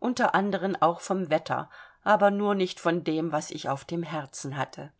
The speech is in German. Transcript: unter anderen auch vom wetter aber nur nicht von dem was ich auf dem herzen hatte